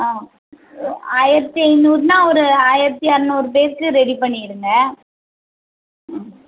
ஆ ஆயிரத்தி ஐநூறுன்னா ஒரு ஆயிரத்தி இரநூறு பேருக்கு ரெடி பண்ணியிருங்க ம்